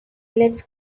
lets